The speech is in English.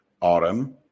Autumn